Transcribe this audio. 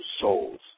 souls